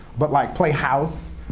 but like play house,